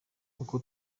uko